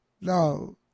Now